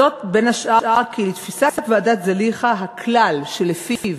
זאת, בין השאר, כי לתפיסת ועדת זליכה הכלל שלפיו